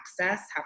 access